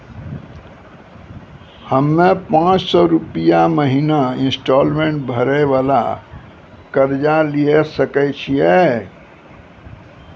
हम्मय पांच सौ रुपिया महीना इंस्टॉलमेंट भरे वाला कर्जा लिये सकय छियै?